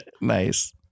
Nice